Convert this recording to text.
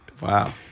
Wow